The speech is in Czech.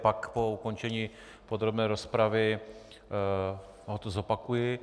Pak po ukončení podrobné rozpravy ho tu zopakuji.